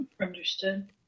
Understood